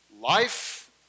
life